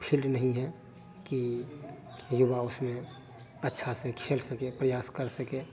field नहीं है कि युवा उसमें अच्छा से खेल सके प्रयास कर सके